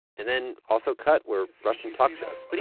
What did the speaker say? and then also cut were russian talk shows, but